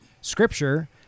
scripture